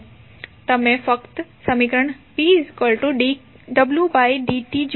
તમે ફક્ત સમીકરણ p≜dwdt જુઓ